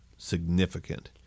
Significant